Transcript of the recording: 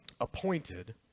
appointed